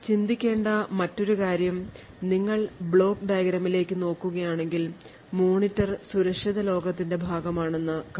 ചിന്തിക്കേണ്ട മറ്റൊരു കാര്യം നിങ്ങൾ ബ്ലോക്ക് ഡയഗ്രാമിലേക്ക് നോക്കുകയാണെങ്കിൽ മോണിറ്റർ സുരക്ഷിത ലോകത്തിന്റെ ഭാഗമാണെന്ന് കാണുന്നു